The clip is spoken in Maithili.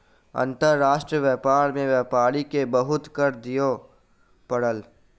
अंतर्राष्ट्रीय व्यापार में व्यापारी के बहुत कर दिअ पड़ल